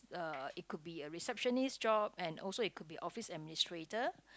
uh it could be a receptionist job and also it could be office administrator